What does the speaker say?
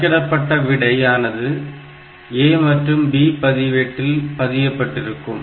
கணக்கிடப்பட்ட விடை ஆனது A மற்றும் B பதிவேட்டில் பதியப்பட்டிருக்கும்